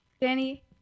Danny